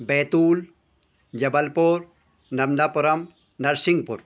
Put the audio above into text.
Betul Jabalpur Narmadapuram Narsinghpur